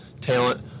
talent